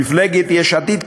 מפלגת יש עתיד,